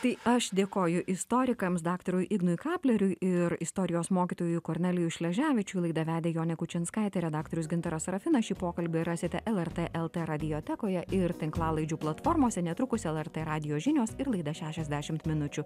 tai aš dėkoju istorikams daktarui ignui kapleriui ir istorijos mokytojui kornelijui šleževičiui laidą vedė jonė kučinskaitė redaktorius gintaras serafinas šį pokalbį rasite lrt lt radiotekoje ir tinklalaidžių platformose netrukus lrt radijo žinios ir laida šešiasdešimt minučių